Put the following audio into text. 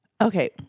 Okay